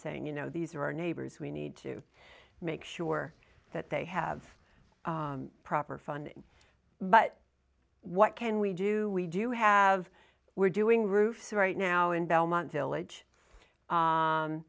saying you know these are our neighbors we need to make sure that they have proper funding but what can we do we do have we're doing roofs right now in belmont village